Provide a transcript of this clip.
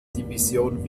division